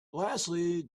lastly